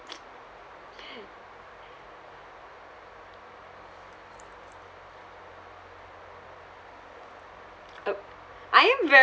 I am very